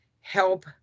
help